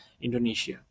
Indonesia